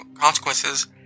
consequences